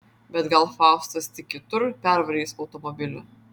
bet gal faustas tik kitur pervarys automobilį